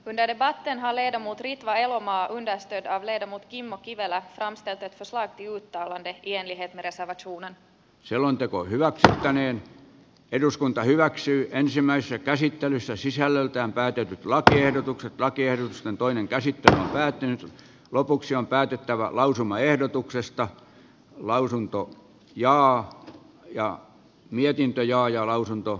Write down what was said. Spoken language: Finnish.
rinteiden varteen halleja ja muut ritva elomaa neste talermo kimmo kivelä framsteget usva juutalainen kieli he verestävät suunnan selonteko hylätä hänen eduskunta hyväksyy ensimmäisessä käsittelyssä sisällöltään päätetyt lakiehdotukset on kierroksen toinen käsittely päättyy lopuksi on päätettävä lausumaehdotuksesta lausuntoon ja ja mietintö ja hajalausunto